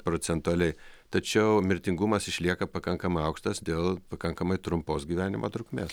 procentaliai tačiau mirtingumas išlieka pakankamai aukštas dėl pakankamai trumpos gyvenimo trukmės